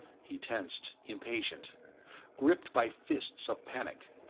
he tensed, impatient gripped by fists of panic.